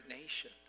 nation